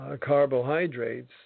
carbohydrates